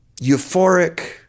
euphoric